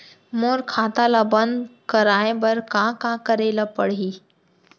मोर खाता ल बन्द कराये बर का का करे ल पड़ही?